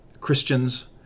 Christians